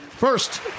First